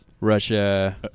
Russia